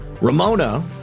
Ramona